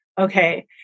okay